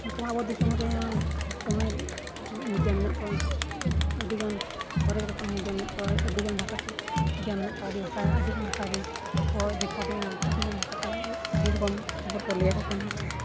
ᱚᱱᱠᱟᱢᱟ ᱟᱵᱚ ᱫᱤᱥᱚᱢ ᱨᱮ ᱫᱚᱢᱮ ᱢᱤᱰᱤᱭᱟ ᱢᱮᱱᱟᱜ ᱠᱚᱣᱟ ᱟᱹᱰᱤ ᱜᱟᱱ ᱦᱚᱨᱮᱠ ᱨᱚᱠᱚᱢ ᱢᱤᱰᱤᱭᱟ ᱢᱮᱱᱟᱜ ᱠᱚᱣᱟ ᱟᱹᱰᱤ ᱜᱟᱱ ᱵᱷᱟᱥᱟᱛᱮ ᱢᱤᱰᱤᱭᱟ ᱢᱮᱱᱟᱜ ᱠᱚᱣᱟ ᱟᱹᱰᱤ ᱵᱷᱟᱥᱟ ᱟᱹᱰᱤᱜᱟᱱ ᱵᱷᱥᱟᱨᱮᱱ ᱠᱚ ᱨᱤᱯᱳᱴᱤᱝᱼᱟ ᱟᱹᱰᱤ ᱜᱟᱱ ᱵᱷᱟᱥᱟᱛᱮ ᱟᱹᱰᱤ ᱨᱚᱠᱚᱢ ᱠᱷᱚᱵᱚᱨ ᱠᱚ ᱞᱟᱹᱭ ᱟᱠᱚ ᱠᱟᱱᱟ